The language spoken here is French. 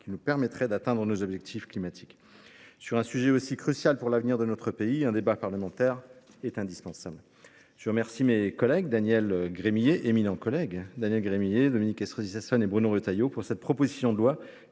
qui nous permettrait d’atteindre nos objectifs climatiques. Sur un sujet aussi crucial pour l’avenir de notre pays, un débat parlementaire est pourtant indispensable. Je remercie mes éminents collègues Daniel Gremillet et Dominique Estrosi Sassone, ainsi que Bruno Retailleau, pour cette proposition de loi